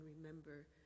remember